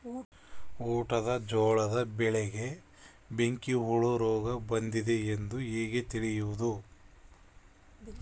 ಊಟದ ಜೋಳದ ಬೆಳೆಗೆ ಬೆಂಕಿ ಹುಳ ರೋಗ ಬಂದಿದೆ ಎಂದು ಹೇಗೆ ತಿಳಿಯುವುದು?